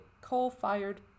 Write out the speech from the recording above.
coal-fired